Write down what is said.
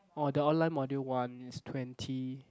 oh the online module one is twenty